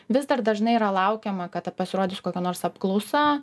vis dar dažnai yra laukiama kad pasirodys kokia nors apklausa